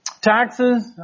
Taxes